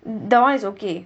that [one] is okay